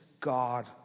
God